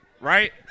right